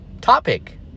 topic